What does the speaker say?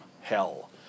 hell